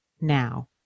now